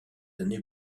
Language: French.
années